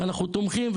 ואנחנו תומכים,